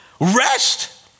rest